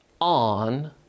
on